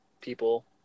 People